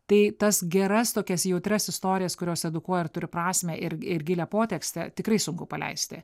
tai tas geras tokias jautrias istorijas kurios edukuoja ir turi prasmę ir ir gilią potekstę tikrai sunku paleisti